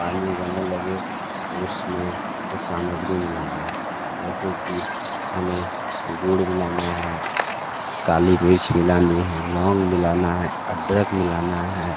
पानी उबलने लगे उसमें कुछ सामग्री मिलाना है जैसे कि हमें गुड़ मिलाना है काली मिर्च मिलानी है लौंग मिलाना है अदरक मिलाना है